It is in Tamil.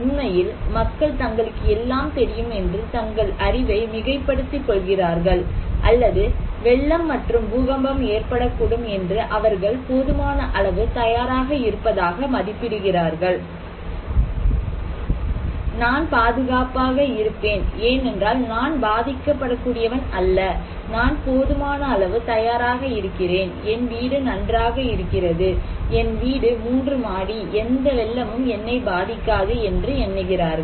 உண்மையில் மக்கள் தங்களுக்கு எல்லாம் தெரியும் என்று தங்கள் அறிவை மிகைப்படுத்திக் கொள்கிறார்கள் அல்லது வெள்ளம் மற்றும் பூகம்பம் ஏற்படக்கூடும் என்று அவர்கள் போதுமான அளவு தயாராக இருப்பதாக மதிப்பிடுகிறார்கள் நான் பாதுகாப்பாக இருப்பேன் ஏனென்றால் நான் பாதிக்கப்படக்கூடியவன் அல்ல நான் போதுமான அளவு தயாராக இருக்கிறேன் என் வீடு நன்றாக இருக்கிறது என் வீடு மூன்று மாடி எந்த வெள்ளமும் என்னை பாதிக்காது என்று எண்ணுகிறார்கள்